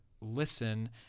listen